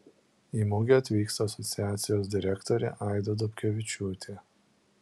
į mugę atvyksta asociacijos direktorė aida dobkevičiūtė